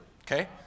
Okay